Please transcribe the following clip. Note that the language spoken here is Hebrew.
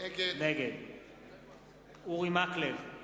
נגד אורי מקלב,